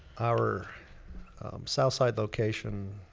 our southside location.